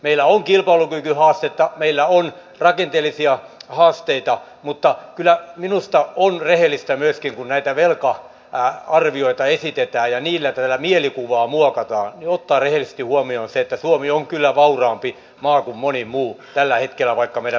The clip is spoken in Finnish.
meillä on kilpailukykyhaastetta meillä on rakenteellisia haasteita mutta kyllä minusta on rehellistä myöskin kun näitä velka arvioita esitetään ja niillä tätä mielikuvaa muokataan ottaa rehellisesti huomioon se että suomi on kyllä vauraampi maa kuin moni muu tällä hetkellä vaikka meidän velkaantumisvauhtimme onkin huolestuttava